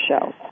show